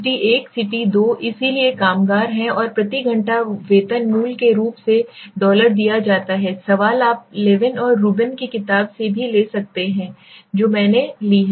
city 1 city 2 इसलिए कामगार हैं और प्रति घंटा वेतन मूल रूप से डॉलर दिया जाता है सवाल आप लेविन और रूबिन की किताब से भी ले सकते हैं जो मैंने ली है